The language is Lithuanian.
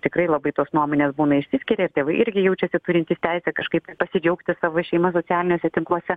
tikrai labai tos nuomonės būna išsiskiria ir tėvai irgi jaučiasi turintys teisę kažkaip pasidžiaugti savo šeima socialiniuose tinkluose